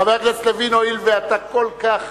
חבר הכנסת לוין, הואיל ואתה כל כך,